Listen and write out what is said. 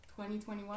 2021